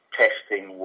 testing